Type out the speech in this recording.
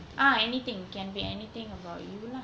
ah anything can be anything about you lah